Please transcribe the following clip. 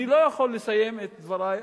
אני לא יכול לסיים את דברי,